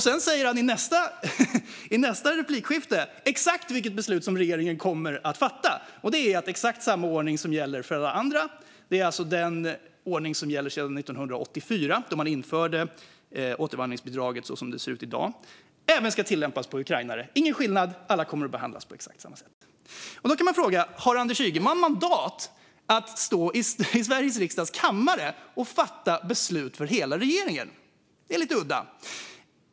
Sedan säger han i nästa replikskifte exakt vilket beslut som regeringen kommer att fatta, och det är att exakt samma ordning som gäller för alla andra, alltså den ordning som gäller sedan 1984 då man införde återvandringsbidraget som det ser ut i dag, även ska tillämpas på ukrainare. Ingen skillnad, utan alla kommer att behandlas på exakt samma sätt. Då kan man fråga: Har Anders Ygeman mandat att stå i Sveriges riksdags kammare och fatta beslut för hela regeringen? Det är lite udda.